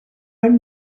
own